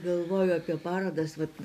galvoju apie parodas vat